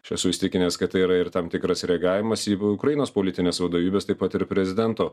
aš esu įsitikinęs kad tai yra ir tam tikras reagavimas į ukrainos politinės vadovybės taip pat ir prezidento